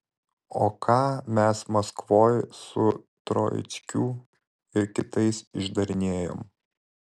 o ką mes maskvoj su troickiu ir kitais išdarinėjom